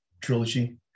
trilogy